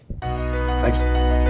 Thanks